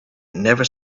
never